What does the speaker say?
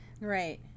Right